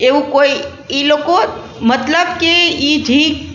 એવું કોઈ એ લોકો મતલબ કે એ જે